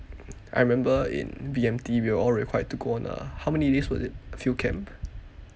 I remember in B_M_T we were all required to go on a how many days was it field camp